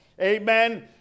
amen